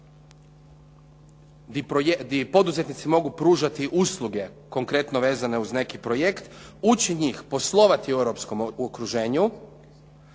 gdje poduzetnici mogu pružati usluge konkretno vezane uz neki projekt, uči njih poslovati u europskom okruženju.